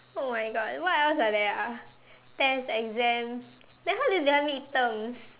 oh my god what else are there ah test exam then how do you define midterms